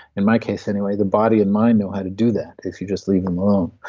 in my case anyway, the body and mind know how to do that if you just leave them alone,